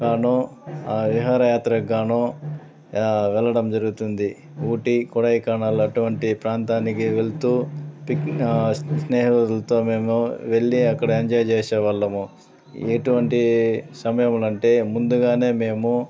గాను విహారయాత్రకు గాను వెళ్ళడం జరుగుతుంది ఊటీ కొడైకెనాల్ అటువంటి ప్రాంతానికి వెళ్తూ పిక్ స్నేహితులతో మేము వెళ్ళి అక్కడ ఎంజాయ్ చేసేవాళ్ళము ఇటువంటి సమయంలంటే ముందుగానే మేము